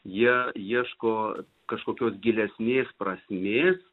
jie ieško kažkokios gilesnės prasmės